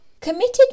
committed